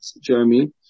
Jeremy